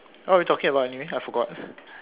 what were we talking about anyway I forgot